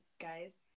guys